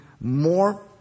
more